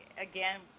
again